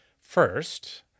First